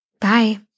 Bye